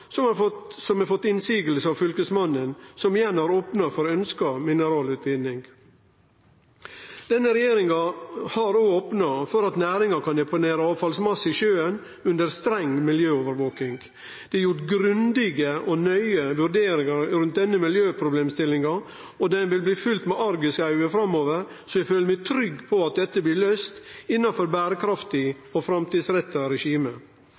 som har fått innvendingar frå Fylkesmannen, som igjen har opna for ønskt mineralutvinning. Denne regjeringa har opna for at næringa kan deponere avfallsmasse i sjøen under streng miljøovervaking. Det er gjort grundige og nøye vurderingar rundt denne miljøproblemstillinga, og ho vil bli følgd med argusauge framover. Eg føler meg trygg på at dette blir løyst innanfor